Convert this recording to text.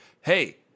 hey